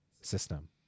system